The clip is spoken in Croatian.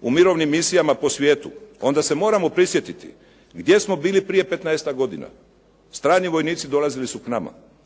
u mirovnim misijama po svijetu, onda se moramo prisjetiti gdje smo bili prije petnaestak godina. Strani vojnici dolazili su k nama.